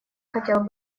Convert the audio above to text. хотел